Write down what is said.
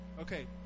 Okay